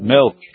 Milk